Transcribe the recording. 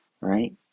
right